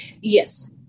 Yes